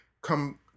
come